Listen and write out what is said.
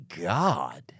God